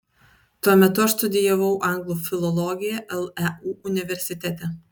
tuo metu aš studijavau anglų filologiją leu universitete